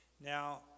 Now